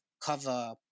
cover